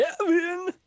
Kevin